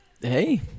Hey